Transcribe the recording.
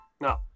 No